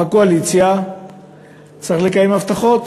בקואליציה צריך לקיים הבטחות.